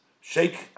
shake